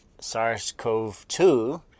SARS-CoV-2